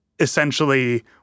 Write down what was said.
essentially